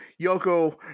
Yoko